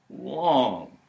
long